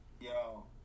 Yo